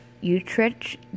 Utrecht